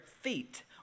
feet